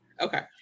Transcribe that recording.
Okay